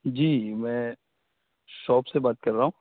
جی میں شاپ سے بات کر رہا ہوں